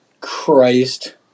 Christ